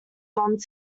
bunting